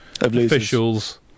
officials